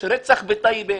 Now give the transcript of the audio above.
יש רצח בטייבה,